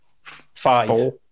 Five